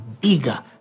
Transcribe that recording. bigger